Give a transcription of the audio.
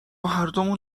هردومون